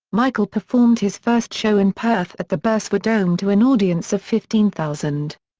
michael performed his first show in perth at the burswood dome to an audience of fifteen thousand.